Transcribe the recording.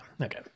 okay